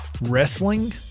wrestling